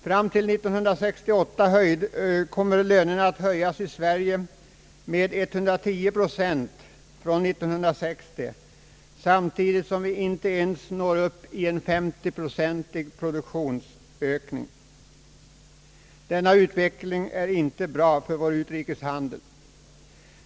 Fram till 1968 kommer lönerna att höjas i Sverige med 110 procent från 1960, samtidigt som vi inie ens når upp till en 50-procentig produktionsökning. Denna utveckling är inte bra för vår utrikeshandel.